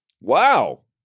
Wow